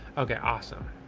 okay, awesome.